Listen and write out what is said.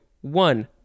one